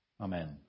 Amen